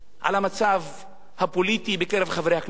על המצב הפוליטי בקרב חברי הכנסת.